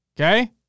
Okay